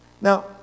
Now